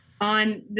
on